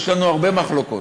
יש לנו הרבה מחלוקות,